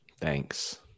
Thanks